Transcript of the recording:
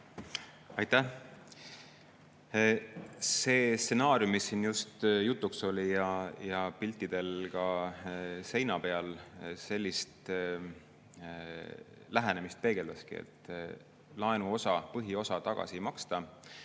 Aitäh! See stsenaarium, mis siin just jutuks oli ja piltidel seina peal, sellist lähenemist peegeldaski, et laenu põhiosa tagasi ei maksta.